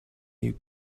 you